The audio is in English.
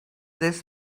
this